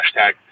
hashtag